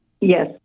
Yes